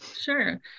Sure